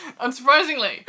unsurprisingly